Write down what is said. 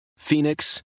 Phoenix